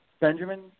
Benjamin